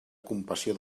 compassió